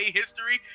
history